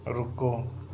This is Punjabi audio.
ਰੁਕੋ